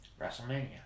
WrestleMania